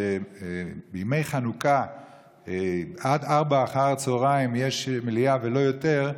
שבימי חנוכה עד 16:00 יש מליאה ולא יותר,